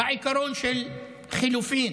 בעיקרון של חילופים.